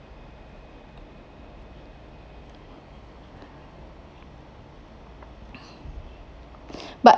but